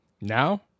Now